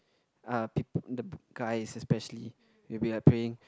uh peop~ the guys especially will be like praying